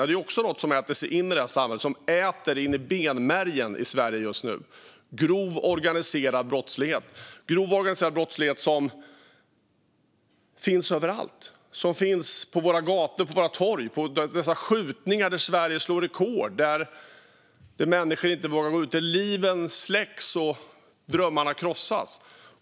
Det är också något som äter sig in i samhället, som äter sig in i benmärgen i Sverige just nu. Grov organiserad brottslighet finns överallt. Den finns på våra gator, på våra torg. Vi ser den i dessa skjutningar, där Sverige slår rekord. Människor vågar inte gå ut, liv släcks och drömmar krossas.